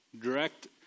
direct